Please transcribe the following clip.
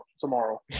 tomorrow